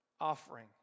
offering